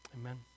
Amen